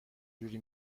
جوری